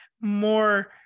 more